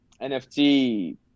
NFT